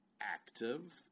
active